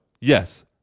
Yes